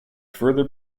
further